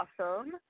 awesome